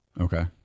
Okay